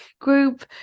group